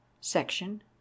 Section